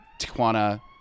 Tijuana